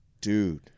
Dude